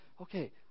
Okay